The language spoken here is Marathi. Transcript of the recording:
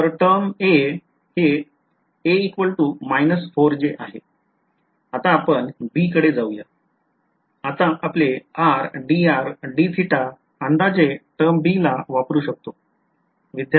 तर टर्म a मग आपण b कडे येऊ आता आपले अंदाज आपण टर्म b ला वापरू शकतो